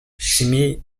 семей